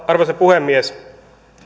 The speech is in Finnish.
arvoisa puhemies